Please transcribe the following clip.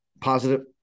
positive